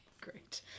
great